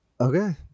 Okay